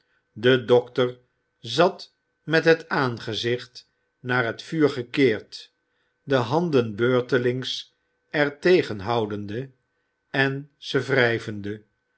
de dokter zat met het aangezicht naar het vuur gekeerd de handen beurtelings er tegen houdende en ze